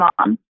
mom